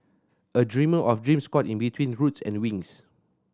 a dreamer of dreams caught in between roots and wings